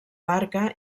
barca